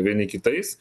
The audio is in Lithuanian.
vieni kitais